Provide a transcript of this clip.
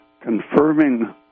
confirming